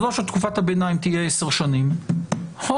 אז או שתקופת הביניים תהיה 10 שנים או